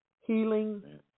healing